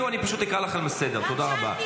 רבותיי,